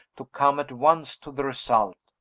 to come at once to the result.